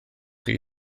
chi